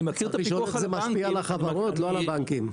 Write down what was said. צריך לשאול איך זה משפיע על החברות, לא על הבנקים.